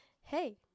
hey